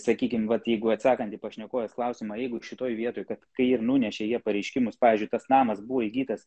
sakykim vat jeigu atsakant į pašnekovės klausimą jeigu šitoj vietoj kad kai ir nunešė jie pareiškimus pavyzdžiui tas namas buvo įgytas